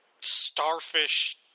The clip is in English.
starfish